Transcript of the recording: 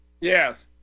Yes